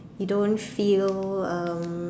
you don't feel um